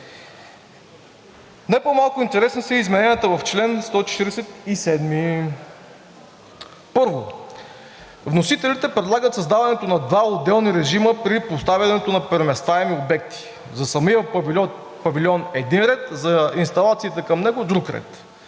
Не по-малко интересни са измененията в чл. 147. Първо, вносителите предлагат създаването на два отделни режима при поставянето на преместваеми обекти, за самия павилион един ред, за инсталациите към него друг ред.